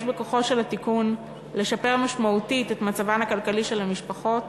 יש בכוחו של התיקון לשפר משמעותית את מצבן הכלכלי של המשפחות.